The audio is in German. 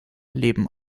leben